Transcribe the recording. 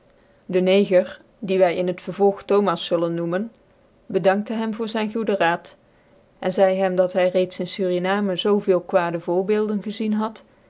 de neger die wy in het vervolg thomas zullen noemen bedankte hem voor zyn goede raad en zeidc hem dat hy reeds in surinamen zoo veel kwade voorbeelden gezien had